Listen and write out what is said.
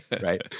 right